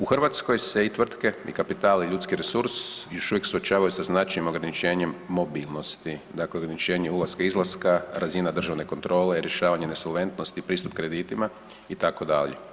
U Hrvatskoj se i tvrtke i kapital i ljudski resurs još uvijek suočavaju sa značajnim ograničenjem mobilnosti, dakle ograničenje ulaska izlaska razina državne kontrole, rješavanje nesolventnosti, pristup kreditima itd.